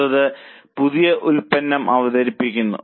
അടുത്തത് പുതിയ ഉൽപ്പന്നം അവതരിപ്പിക്കുന്നു